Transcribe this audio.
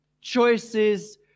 Choices